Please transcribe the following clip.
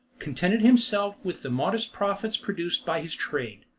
contented himself with the modest profits produced by his trade.